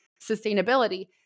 sustainability